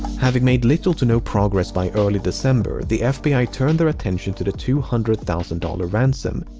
having made little to no progress by early december, the fbi turned their attention to the two hundred thousand dollars ransom.